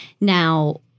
Now